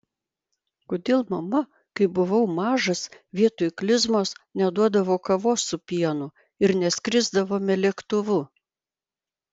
kodėl mama kai buvau mažas vietoj klizmos neduodavo kavos su pienu ir neskrisdavome lėktuvu